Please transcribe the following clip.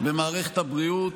במערכת הבריאות.